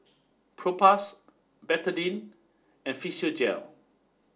Propass Betadine and Physiogel